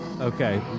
Okay